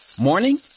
Morning